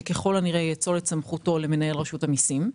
וככל הנראה יאצול את סמכותו למנהל רשות המסים.